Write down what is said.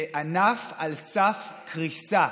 זה ענף על סף קריסה.